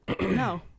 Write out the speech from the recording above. No